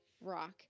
Rock